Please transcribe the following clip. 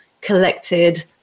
collected